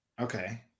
okay